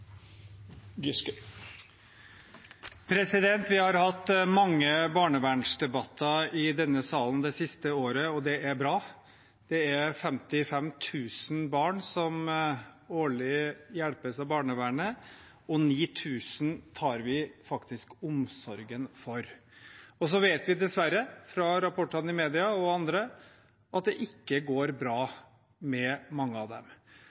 denne salen det siste året, og det er bra. Det er 55 000 barn som årlig hjelpes av barnevernet, og 9 000 tar vi faktisk omsorgen for. Så vet vi, dessverre, fra rapportene i media og andre, at det ikke går bra med mange av dem,